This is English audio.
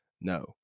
No